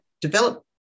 develop